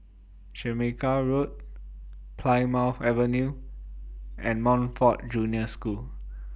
Jamaica Road Plymouth Avenue and Montfort Junior School